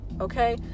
okay